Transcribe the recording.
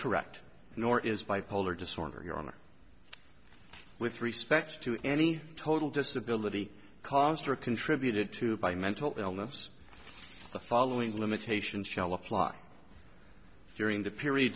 correct nor is bipolar disorder your honor with respect to any total disability cost or contributed to by mental illness the following limitations shall apply during the period